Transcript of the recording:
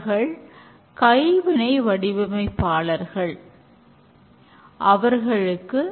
அவர்கள் ஏதாவது பிரச்சினைகள் உள்ளனவா என ஆராய்வார்கள்